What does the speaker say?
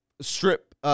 strip